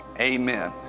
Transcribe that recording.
Amen